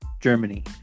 Germany